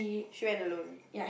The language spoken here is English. she went alone